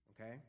okay